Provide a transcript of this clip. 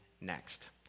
next